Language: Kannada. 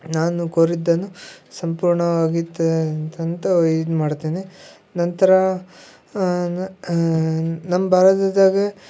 ನಾನು ಕೋರಿದ್ದನ್ನು ಸಂಪೂರ್ಣವಾಗಿ ಇದ್ಮಾಡ್ತೇನೆ ನಂತರ ನಮ್ಮ ಭಾರತದಾಗ